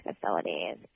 facilities